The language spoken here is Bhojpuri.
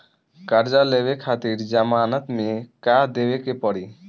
कर्जा लेवे खातिर जमानत मे का देवे के पड़ी?